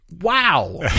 wow